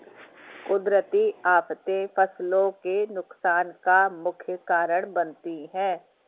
कुदरती आफतें फसलों के नुकसान का मुख्य कारण बनती है